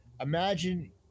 imagine